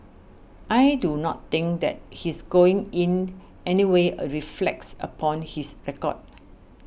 I do not think that his going in anyway a reflects upon his record